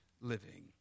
living